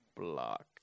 block